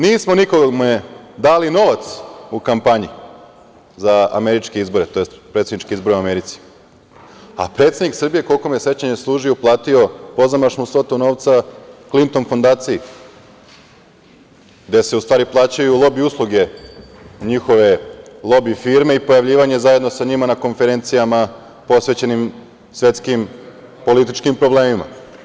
Nismo nikome dali novac u kampanji za američke izbore, tj. predsedničke izbore u Americi, a predsednik Srbije je, koliko me sećanje služi, uplatio pozamašnu svotu novca Klinton fondaciji, gde se u stvari plaćaju lobi usluge, njihove lobi firme i pojavljivanje zajedno sa njima na konferencijama posvećenim svetskim političkim problemima.